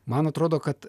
man atrodo kad